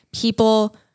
People